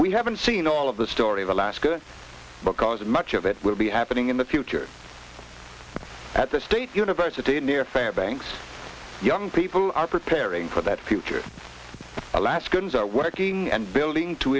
we haven't seen all of the story of alaska because much of it will be happening in the future at the state university near fairbanks young people are preparing for that future alaskans are working and building to